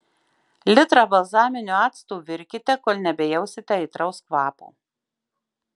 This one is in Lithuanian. litrą balzaminio acto virkite kol nebejausite aitraus kvapo